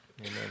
Amen